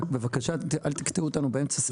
רק בבקשה אל תקטעו אותנו באמצע.